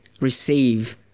receive